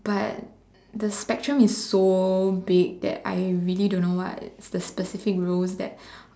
but the spectrum is so big that I really don't know what the the specific roles that